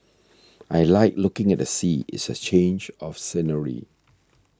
I like looking at the sea it's a change of scenery